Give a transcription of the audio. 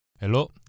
Hello